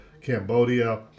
Cambodia